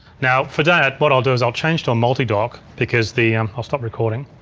now for that, what i'll do is i'll change to a multidock because the, i'll stop recording,